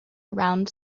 around